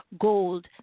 Gold